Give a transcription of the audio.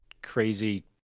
Crazy